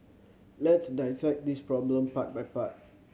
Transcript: let's dissect this problem part by part